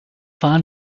fallen